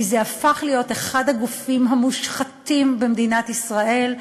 זה הפך להיות אחד הגופים המושחתים במדינת ישראל,